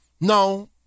no